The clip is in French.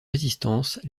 résistance